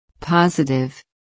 Positive